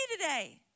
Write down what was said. today